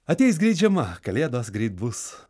ateis greit žiema kalėdos greit bus